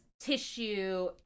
tissue